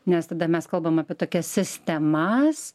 nes tada mes kalbam apie tokias sistemas